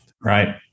Right